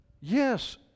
yes